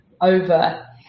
over